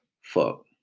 Fuck